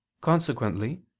consequently